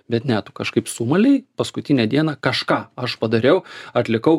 bet ne tu kažkaip sumalei paskutinę dieną kažką aš padariau atlikau